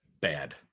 bad